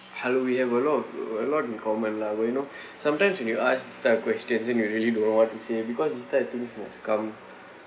hello we have a lot of a lot in common lah but you know sometimes when you ask this type of question then you really don't know what to say because this type of things must come